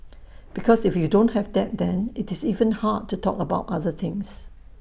because if you don't have that then IT is even hard to talk about other things